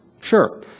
Sure